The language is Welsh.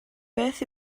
beth